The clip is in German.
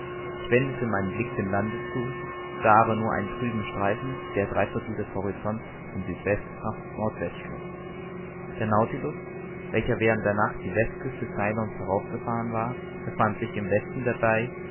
ich wendete meinen blick dem lande zu sah aber nur einen trüben streifen der drei viertheil des horizonts von südwest nach nordwest schloß der nautilus welcher während der nacht die westküste ceylons hinauf gefahren war befand sich im westen der